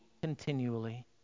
continually